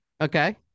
Okay